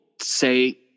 say